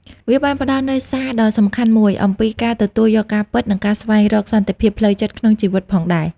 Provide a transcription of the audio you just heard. វាបានផ្តល់នូវសារដ៏សំខាន់មួយអំពីការទទួលយកការពិត និងការស្វែងរកសន្តិភាពផ្លូវចិត្តក្នុងជីវិតផងដែរ។